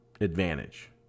advantage